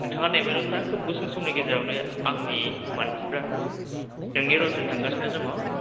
नोंथाङा नेबायल' था खोब गुसुं समनि गेजेरावनो आंनि मानसिफोरा नोंनि रुमसिम थांगासिनो दङ